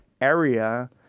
area